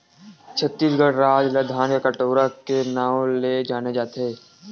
छत्तीसगढ़ राज ल धान के कटोरा के नांव ले जाने जाथे